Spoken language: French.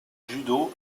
judo